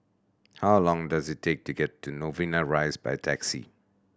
how long does it take to get to Novena Rise by taxi